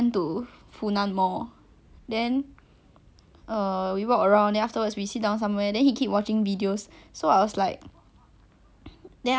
then afterwards err we went back to the car then after that he asked me where you want go next then I say just go home lah anyway you go home also watch videos sit here also watch video